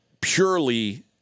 purely